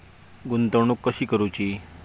गुंतवणूक कशी करूची?